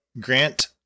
Grant